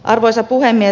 arvoisa puhemies